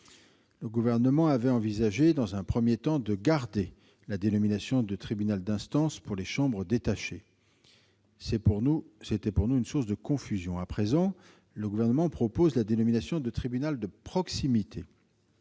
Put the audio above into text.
Le Gouvernement avait envisagé, dans un premier temps, de garder la dénomination de tribunal d'instance pour les chambres détachées, ce qui nous paraissait une source de confusion. Le Gouvernement propose à présent la dénomination de « tribunal de proximité